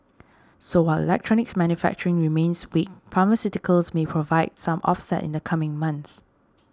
so while electronics manufacturing remains weak pharmaceuticals may provide some offset in the coming months